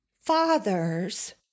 Father's